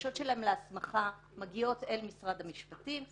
הבקשות שלהם להסמכה מגיעות אל משרד המשפטים,